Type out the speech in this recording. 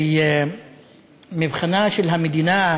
ומבחנה של המדינה,